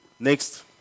Next